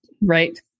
right